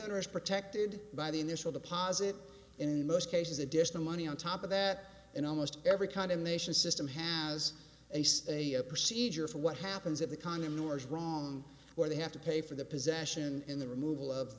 is protected by the initial deposit in most cases additional money on top of that in almost every kind of nations system has a say a procedure for what happens if the condom norge wrong or they have to pay for the possession in the removal of